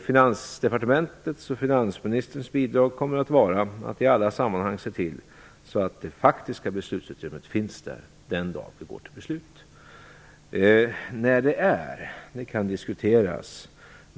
Finansdepartementets och finansministerns bidrag kommer att vara att i alla sammanhang se till att det faktiska beslutsutrymmet finns den dagen vi går till beslut. När det blir kan diskuteras.